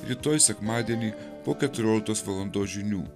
rytoj sekmadienį po keturioliktos valandos žinių